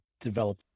develop